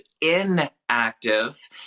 inactive